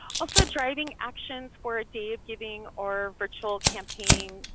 also driving actions for a day of giving or virtual campaign.